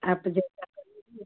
आप जैसा कहेंगी